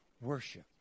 worship